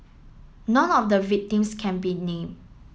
none of the victims can be name